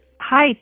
Hi